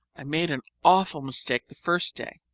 i made an awful mistake the first day.